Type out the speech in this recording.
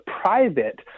private